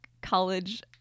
college